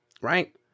right